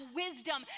wisdom